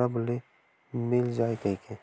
रब ले मिल जाय कहिके